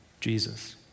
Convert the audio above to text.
Jesus